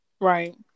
Right